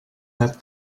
map